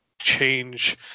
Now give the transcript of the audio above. change